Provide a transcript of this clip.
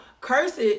cursed